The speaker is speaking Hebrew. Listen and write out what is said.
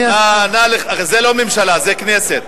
זה לא ממשלה, זה כנסת.